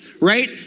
right